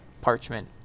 parchment